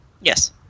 Yes